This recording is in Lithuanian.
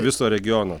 viso regiono